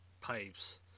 pipes